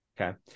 Okay